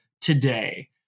today